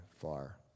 far